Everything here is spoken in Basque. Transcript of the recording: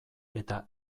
eta